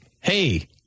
hey